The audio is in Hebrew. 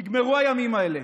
נגמרו הימים האלה.